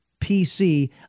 PC